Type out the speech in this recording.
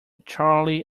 charlie